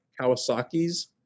Kawasaki's